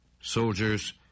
Soldiers